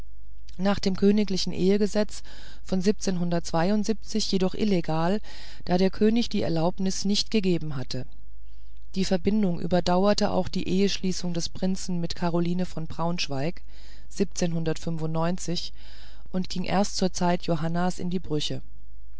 nach dem königlichen ehegesetz von jedoch illegal da der könig die erlaubnis nicht gegeben hatte die verbindung überdauerte auch die eheschließung des prinzen mit caroline von braunschweig und ging erst zur zeit johannas in die brüche